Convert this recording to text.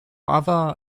other